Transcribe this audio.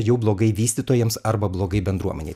jau blogai vystytojams arba blogai bendruomenei